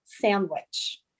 sandwich